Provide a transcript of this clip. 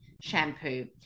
shampoo